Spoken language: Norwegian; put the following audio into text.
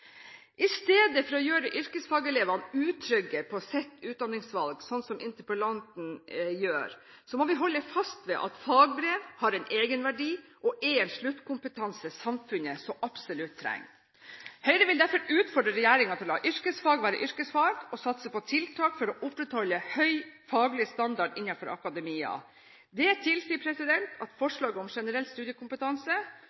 I stedet for å gjøre yrkesfagelevene utrygge på sitt utdanningsvalg – som interpellanten gjør – må vi holde fast ved at fagbrev har en egenverdi og er en sluttkompetanse samfunnet så absolutt trenger. Høyre vil derfor utfordre regjeringen til å la yrkesfag være yrkesfag og å satse på tiltak for å opprettholde høy faglig standard innenfor akademia. Det tilsier at